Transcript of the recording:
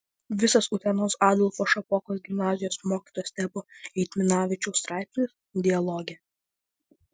visas utenos adolfo šapokos gimnazijos mokytojo stepo eitminavičiaus straipsnis dialoge